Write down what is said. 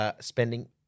spending